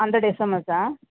hundred எஸ்எம்எஸ்ஸா